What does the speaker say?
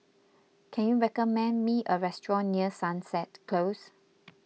can you recommend me a restaurant near Sunset Close